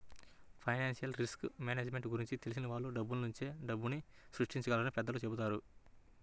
financial risk management గురించి తెలిసిన వాళ్ళు డబ్బునుంచే డబ్బుని సృష్టించగలరని పెద్దలు చెబుతారు